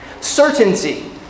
certainty